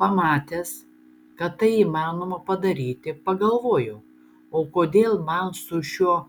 pamatęs kad tai įmanoma padaryti pagalvojau o kodėl man su šiuo